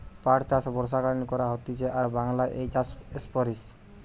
পাট চাষ বর্ষাকালীন করা হতিছে আর বাংলায় এই চাষ প্সারিত